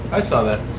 i saw that.